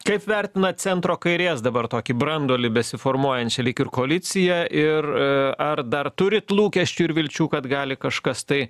kaip vertinat centro kairės dabar tokį branduolį besiformuojančią lyg ir koaliciją ir ar dar turit lūkesčių ir vilčių kad gali kažkas tai